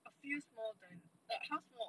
a few small dino how small